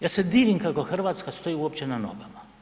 Ja se divim kako Hrvatska stoji uopće na nogama.